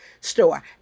store